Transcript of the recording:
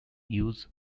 use